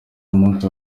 umunsi